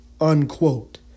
unquote